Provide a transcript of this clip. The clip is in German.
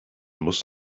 muss